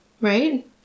Right